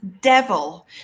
devil